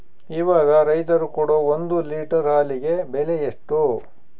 ಇವಾಗ ರೈತರು ಕೊಡೊ ಒಂದು ಲೇಟರ್ ಹಾಲಿಗೆ ಬೆಲೆ ಎಷ್ಟು?